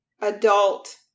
adult